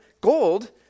gold